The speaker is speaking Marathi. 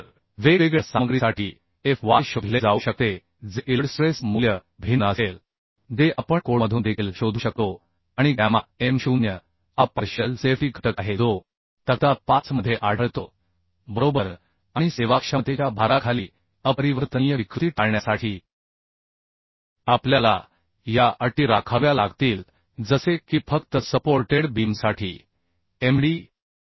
तर वेगवेगळ्या सामग्रीसाठी Fy शोधले जाऊ शकते जे इल्ड स्ट्रेस मूल्य भिन्न असेल जे आपण कोडमधून देखील शोधू शकतो आणि गॅमा M 0 हा पार्शियल सेफ्टी घटक आहे जो तक्ता 5 मध्ये आढळतो बरोबर आणि सेवाक्षमतेच्या भाराखाली अपरिवर्तनीय विकृती टाळण्यासाठी आपल्याला या अटी राखाव्या लागतील जसे की फक्त सपोर्टेड बीमसाठी Md 1